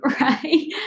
Right